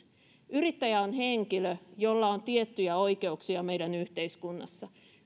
yrittäjä on henkilö jolla on tiettyjä oikeuksia meidän yhteiskunnassa